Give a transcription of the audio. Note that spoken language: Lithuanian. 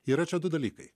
yra čia du dalykai